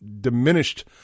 diminished